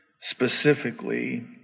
specifically